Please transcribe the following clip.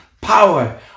power